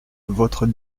votre